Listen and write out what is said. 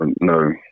No